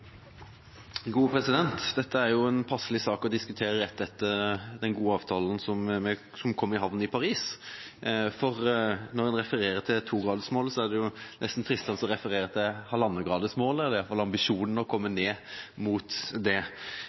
gode avtalen som kom i havn i Paris, for når en refererer til togradersmålet, er det nesten fristende å referere til «halvannengradsmålet» eller i hvert fall til ambisjonen om å komme ned mot det.